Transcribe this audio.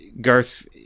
Garth